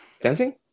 Dancing